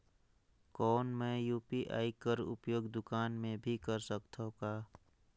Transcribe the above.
कौन मै यू.पी.आई कर उपयोग दुकान मे भी कर सकथव का?